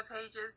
pages